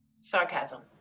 Sarcasm